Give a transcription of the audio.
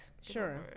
Sure